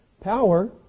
power